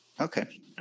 Okay